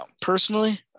personally